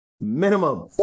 Minimum